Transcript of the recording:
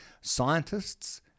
scientists